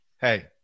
Hey